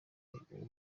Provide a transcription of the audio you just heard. watubwira